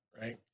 right